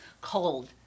cold